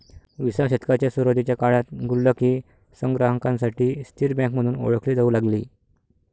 विसाव्या शतकाच्या सुरुवातीच्या काळात गुल्लक ही संग्राहकांसाठी स्थिर बँक म्हणून ओळखली जाऊ लागली